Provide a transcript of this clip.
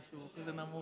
אמרו